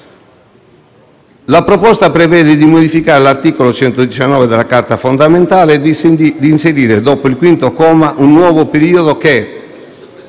La proposta prevede di modificare l'articolo 119 della Carta fondamentale e di inserire, dopo il quinto comma, un nuovo periodo